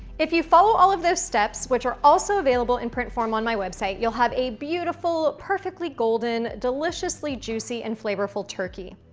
if you follow all of those steps which are also available in print form on my website, you'll have a beautiful, perfectly golden, deliciously juicy, and flavorful turkey.